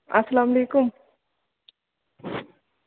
اَلسلام علیکُم